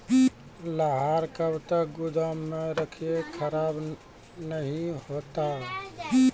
लहार कब तक गुदाम मे रखिए खराब नहीं होता?